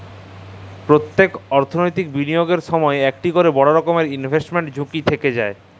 প্যত্তেক অথ্থলৈতিক বিলিয়গের সময়ই ইকট ক্যরে বড় রকমের ইলভেস্টমেল্ট ঝুঁকি থ্যাইকে যায়